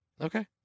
Okay